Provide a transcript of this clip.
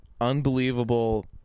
unbelievable